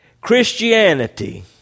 Christianity